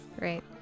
Right